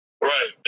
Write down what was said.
Right